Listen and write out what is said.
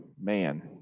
Man